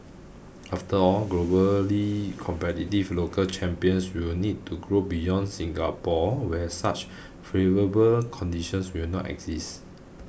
after all globally competitive local champions will need to grow beyond Singapore where such favourable conditions will not exist